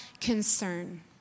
concern